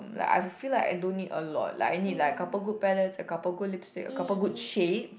like I feel like I don't need a lot like I need like a couple good palettes a couple good lipstick a couple good shade